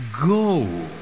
go